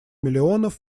миллионов